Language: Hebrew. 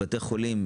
בתי חולים,